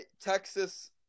Texas